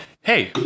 hey